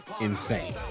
insane